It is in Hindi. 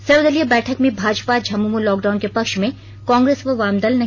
सर्वदलीय बैठक में भाजपा झामुमो लॉकडाउन के पक्ष में कांग्रेस व वामदल नहीं